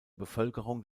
bevölkerung